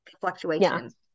fluctuations